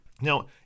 Now